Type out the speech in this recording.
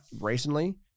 recently